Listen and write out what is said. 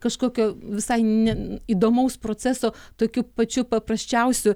kažkokio visai ne įdomaus proceso tokiu pačiu paprasčiausiu